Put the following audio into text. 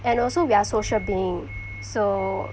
and also we are social beings so